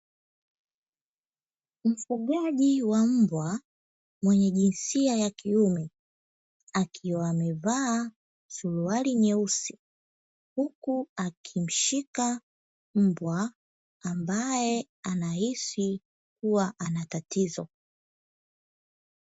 Mfugaji wa mbwa mwenye jinsia ya kiume akiwa amevaa suruali nyeusi huku akimshika mbwa ambaye anahisi kuwa ana tatizo.